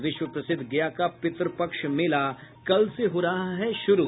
और विश्व प्रसिद्ध गया का पितृपक्ष मेला कल से हो रहा है शुरू